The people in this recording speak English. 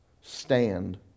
stand